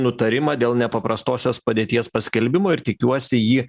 nutarimą dėl nepaprastosios padėties paskelbimo ir tikiuosi jį